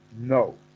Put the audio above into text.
No